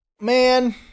Man